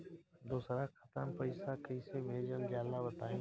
दोसरा खाता में पईसा कइसे भेजल जाला बताई?